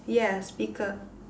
yeah speaker